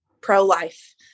pro-life